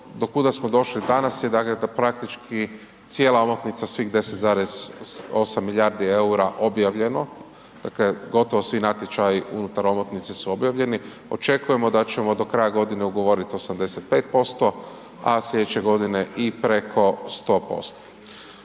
do kuda smo došli danas, dakle da praktički cijela omotnica svih 10,8 milijardi eura objavljeno, dakle svi natječaji unutar omotnice su objavljeni. Očekujemo da ćemo do kraja godine ugovoriti 85%, a sljedeće godine i preko 100%.